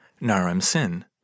Naram-Sin